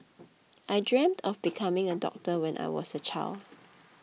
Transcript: I dreamt of becoming a doctor when I was a child